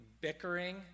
bickering